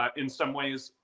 um in some ways,